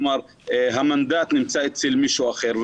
כלומר, המנדט נמצא אצל מישהו אחר.